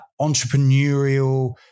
entrepreneurial